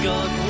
God